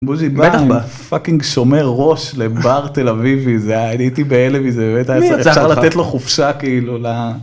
בוז'י בא בטח ב... פאקינג שומר ראש לבר תל אביבי, זה הייתי בהלם מזה ב... אפשר לתת לו חופשה כאילו ל...